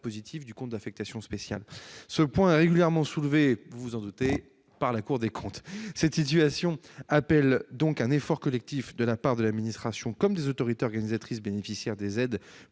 du compte d'affectation spéciale. Vous vous en doutez, ce point est régulièrement soulevé par la Cour des comptes. Cette situation appelle donc un effort collectif de la part de l'administration comme des autorités organisatrices bénéficiaires des aides